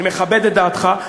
אני מכבד את דעתך,